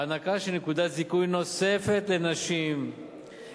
הענקה של נקודת זיכוי נוספת לנשים עם